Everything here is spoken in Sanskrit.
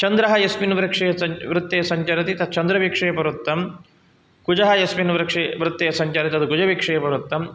चन्द्रः यस्मिन् वृत्ते सञ्चरति तत् चन्द्रविक्षेपवृत्तं कुजः यस्मिन् वृत्ते सञ्चरति तत् कुजविक्षेपवृत्तं